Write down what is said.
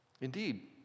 Indeed